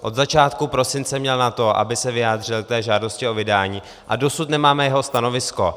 Od začátku prosince měl na to, aby se vyjádřil k té žádosti o vydání, a dosud nemáme jeho stanovisko.